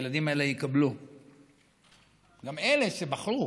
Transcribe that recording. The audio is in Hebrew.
שהילדים האלה יקבלו, גם אלה שבחרו